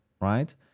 right